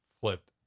flipped